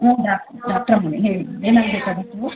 ಹ್ಞೂ ಡಾಕ್ಟ್ರ ಡಾಕ್ಟ್ರಮ್ಮನೆ ಹೇಳಿ ಏನಾಗಬೇಕಾಗಿತ್ತು